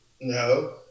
No